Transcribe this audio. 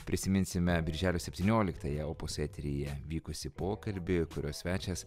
prisiminsime birželio septynioliktąją opus eteryje vykusį pokalbį kurio svečias